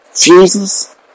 Jesus